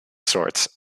sorts